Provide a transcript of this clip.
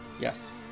Yes